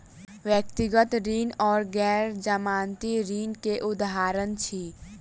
व्यक्तिगत ऋण गैर जमानती ऋण के उदाहरण अछि